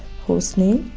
hostname,